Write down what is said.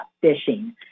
fishing